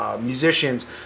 musicians